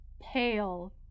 Pale